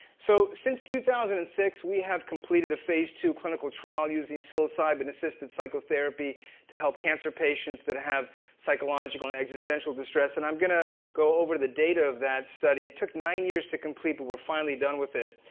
so, since two thousand and six, we have completed a phase two clinical trial using psilocybin assisted psychotherapy to help cancer patients that have psychological and existential distress. and i'm gonna go over the data of that study. it took nine years to complete, but we're finally done with it.